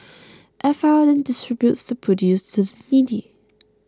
F R then distributes the produce to the needy